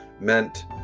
meant